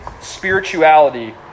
spirituality